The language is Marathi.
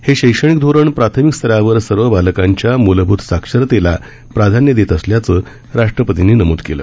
हे शैक्षणिक धोरण प्राथमिक स्तरावर सर्व बालकांच्या मुलभूत साक्षरतेला प्राधान्य देत असल्याचं राष्ट्रपर्तींनी नमूद केलं